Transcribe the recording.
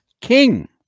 King